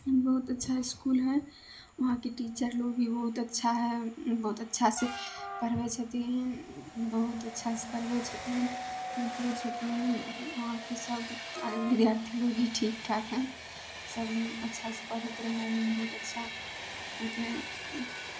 बहुत अच्छा इसकुल हइ उहाँके टीचर लोग भी बहुत अच्छा हइ बहुत अच्छासँ पढ़बै छथिन बहुत अच्छासँ पढ़बै छथिन देखबै छथिन उहाँके सभ अऽ विद्यार्थी लोग भी ठीक ठाक हइ सभ अच्छासँ पढ़ैत रहय हइ बहुत अच्छा के